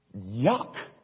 yuck